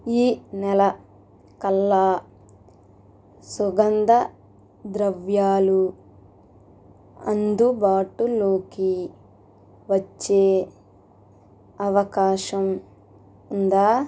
ఈ నెల కల్లా సుగంధ ద్రవ్యాలు అందుబాటులోకి వచ్చే అవకాశం ఉందా